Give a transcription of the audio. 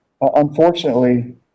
Unfortunately